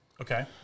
Okay